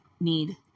need